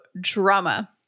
drama